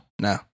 No